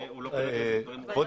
להתייחס.